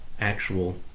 actual